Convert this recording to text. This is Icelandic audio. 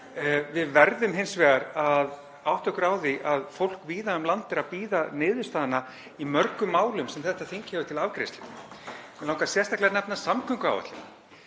Við verðum hins vegar að átta okkur á því að fólk víða um land er að bíða niðurstaðna í mörgum málum sem þetta þing hefur til afgreiðslu. Mig langar sérstaklega að nefna samgönguáætlun.